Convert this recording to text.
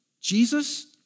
Jesus